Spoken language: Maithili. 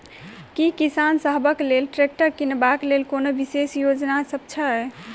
की किसान सबहक लेल ट्रैक्टर किनबाक लेल कोनो विशेष योजना सब छै?